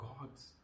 God's